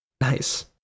Nice